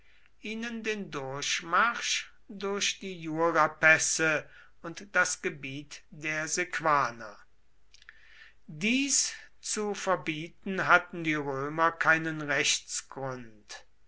ihnen den durchmarsch durch die jurapässe und das gebiet der sequaner dies zu verbieten hatten die römer keinen rechtsgrund